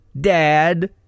dad